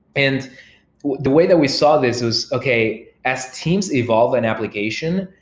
and the way that we saw this is, okay, as teams evolve an application,